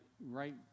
right